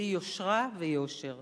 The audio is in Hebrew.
והיא יושרה ויושר.